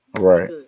Right